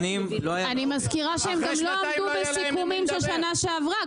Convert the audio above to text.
אני מזכירה שהם גם לא עמדו בסיכומים של שנה שעברה.